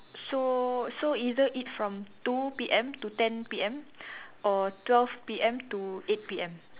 so so either eat from two P_M to ten P_M or twelve P_M to eight P_M